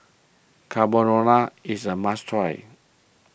Carbonara is a must try